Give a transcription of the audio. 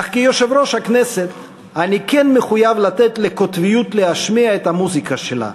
אך כיושב-ראש הכנסת אני כן מחויב לתת לקוטביות להשמיע את המוזיקה שלה,